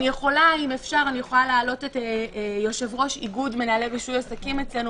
אני יכולה להעלות את יושב-ראש איגוד מנהלי רישוי עסקים אצלנו